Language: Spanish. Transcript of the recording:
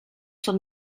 son